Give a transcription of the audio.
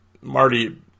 Marty